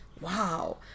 wow